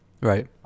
right